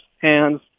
hands